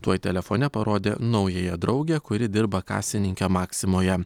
tuoj telefone parodė naująją draugę kuri dirba kasininke maksimoje